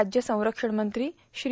राज्य संरक्षण मंत्री श्री